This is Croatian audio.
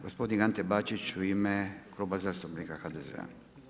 Gospodin Ante Bačić u ime Kluba zastupnika HDZ-a.